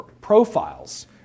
profiles